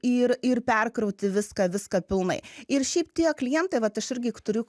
ir ir perkrauti viską viską pilnai ir šiaip tie klientai vat aš irgi turiu